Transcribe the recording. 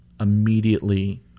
immediately